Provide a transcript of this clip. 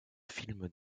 films